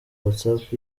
whatsapp